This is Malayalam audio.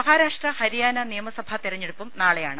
മഹാരാഷ്ട്ര ഹരിയാന നിയമസഭാ തെരഞ്ഞെടുപ്പും നാളെയാണ്